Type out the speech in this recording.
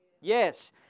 Yes